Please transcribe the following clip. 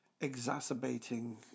exacerbating